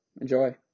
enjoy